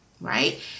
right